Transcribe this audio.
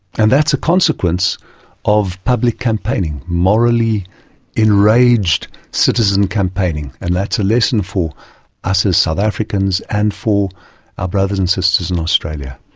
and that's a consequence of public campaigning, morally enraged citizen campaigning, and that's a lesson for us as south africans and for our brothers and sisters in australia.